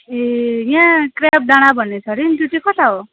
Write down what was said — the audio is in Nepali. ए यहाँ ट्र्याप डाँडा भन्ने छ हरे नि त्यो चाहिँ कता हो